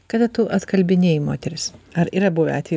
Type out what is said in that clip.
kad tu atkalbinėjai moteris ar yra buvę atvejų